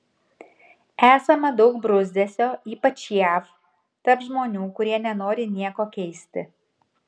esama daug bruzdesio ypač jav tarp žmonių kurie nenori nieko keisti